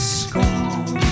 score